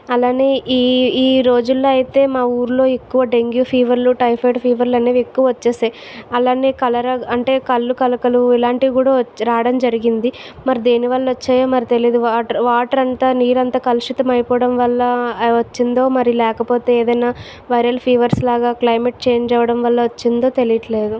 అలానే ఈ ఈ రోజుల్లో అయితే మా ఊరిలో ఎక్కువ డెంగ్యూ ఫీవర్లు టైఫాయిడ్ ఫీవర్ అనేవి ఎక్కువ వచ్చేసాయి అలానే అంటే కలరా కండ్లకలకలు లాంటివి కూడా రావడం జరిగింది మరి దేని వల్ల వచ్చేయో మరి తెలియదు వాటర్ వాటర్ అంతా నీరంతా కలుషితం అయిపోవడం వల్ల వచ్చిందో మరి లేకపోతే ఏదైనా వైరల్ ఫీవర్స్ లాగా క్లైమేట్ చేంజ్ అవ్వడం వల్ల వచ్చిందో తెలియట్లేదు